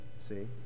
See